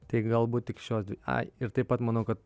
tai galbūt tik šios ai ir taip pat manau kad